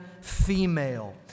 female